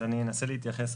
אז אני אנסה להתייחס,